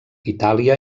itàlia